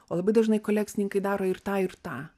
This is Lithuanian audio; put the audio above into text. o labai dažnai kolekcininkai daro ir tą ir tą